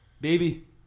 Baby